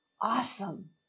Awesome